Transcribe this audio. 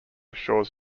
shores